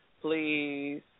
please